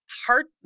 heart